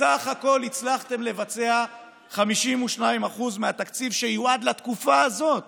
בסך הכול הצלחתם לבצע 52% מהתקציב שיועד לתקופה הזאת